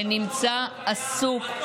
שנמצא עסוק,